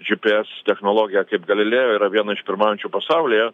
gps technologija kaip galileo yra viena iš pirmaujančių pasaulyje